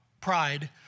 pride